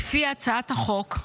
לפי הצעת החוק,